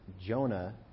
Jonah